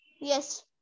Yes